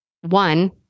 one